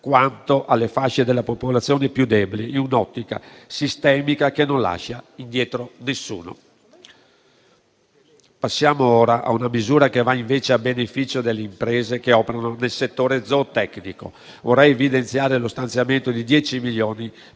quanto alle fasce più deboli della popolazione, in un'ottica sistemica che non lascia indietro nessuno. Passiamo ora a una misura che va invece a beneficio delle imprese che operano nel settore zootecnico. Vorrei evidenziare lo stanziamento di 10 milioni